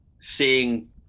seeing